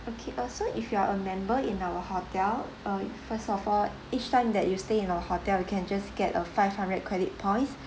okay uh so if you're a member in our hotel uh first of all each time that you stay in our hotel you can just get a five hundred credit points